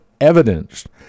evidenced